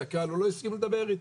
הוא לא הסכים לדבר איתי,